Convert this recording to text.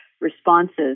responses